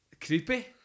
Creepy